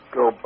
go